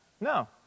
No